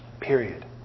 Period